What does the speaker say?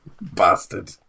Bastard